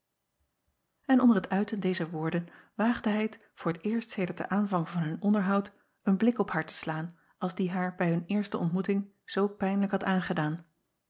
n onder t uiten dezer woorden waagde hij t voor t eerst sedert den aanvang van hun onderhoud een blik op haar te slaan als die haar bij hun eerste ontmoeting zoo pijnlijk had aangedaan